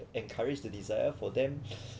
encourage the desire for them